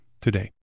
today